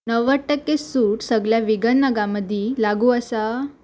णव्वद टक्के सूट सगळ्या विगन नगां मदीं लागू आसा